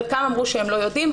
חלקם אמרו שהם לא יודעים,